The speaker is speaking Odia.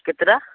କେତେଟା